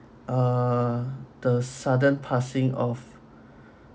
uh the sudden passing of